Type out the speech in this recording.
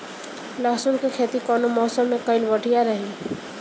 लहसुन क खेती कवने मौसम में कइल बढ़िया रही?